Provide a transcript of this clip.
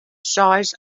seis